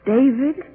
David